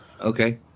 Okay